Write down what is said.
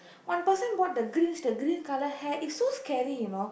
one person bought the Grinch the green colour hat it's so scary you know